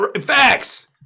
Facts